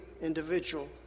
individual